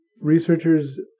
Researchers